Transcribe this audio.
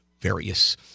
various